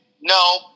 no